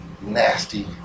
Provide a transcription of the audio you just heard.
nasty